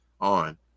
on